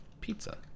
pizza